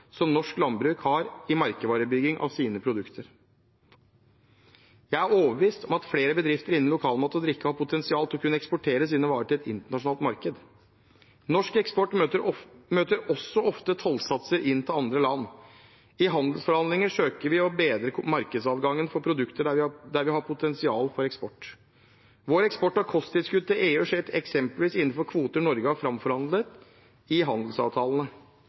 som norsk landbruk har i merkevarebyggingen av sine produkter. Jeg er overbevist om at flere bedrifter innen lokal mat og drikke har potensial til å kunne eksportere sine varer til et internasjonalt marked. Norsk eksport møter også ofte tollsatser inn til andre land. I handelsforhandlinger søker vi å bedre markedsadgangen for produkter der vi har potensial for eksport. Vår eksport av kosttilskudd til EU skjer eksempelvis innenfor kvoter Norge har framforhandlet i handelsavtalene.